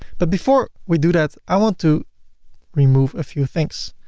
but before we do that i want to remove a few things.